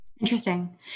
Interesting